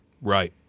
Right